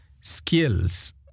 skills